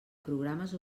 programes